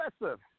impressive